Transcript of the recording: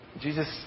Jesus